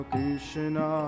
Krishna